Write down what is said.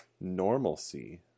normalcy